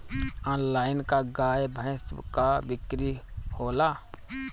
Online का गाय भैंस क बिक्री होला?